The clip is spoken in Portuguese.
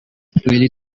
ele